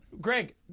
Greg